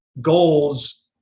goals